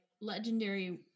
legendary